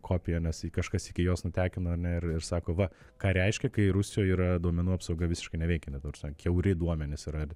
kopiją nes į kažkas iki jos nutekino ar ne ir ir sako va ką reiškia kai rusijoj yra duomenų apsauga visiškai neveikianti ta prasme kiauri duomenys yra ar